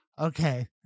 Okay